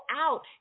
out